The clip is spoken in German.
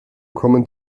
kommen